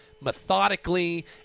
methodically